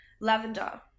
Lavender